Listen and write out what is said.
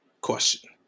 question